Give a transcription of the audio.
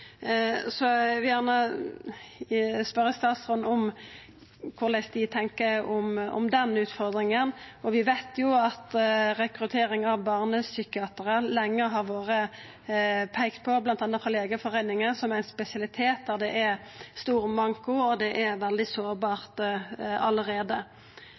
Så eg vil gjerne spørja statsråden om korleis ein tenkjer om den utfordringa. Vi veit jo at rekrutteringa av barnepsykiatrar lenge har vore peikt på, bl.a. av Legeforeningen, som ein spesialitet. Det er stor manko, og det er veldig sårbart allereie.